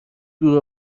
دور